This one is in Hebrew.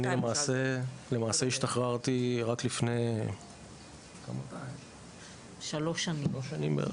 למעשה השתחררתי רק לפני שלוש שנים.